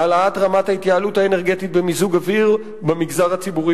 העלאת רמת ההתייעלות האנרגטית במיזוג-אוויר במגזר הציבורי